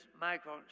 Michael